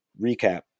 recap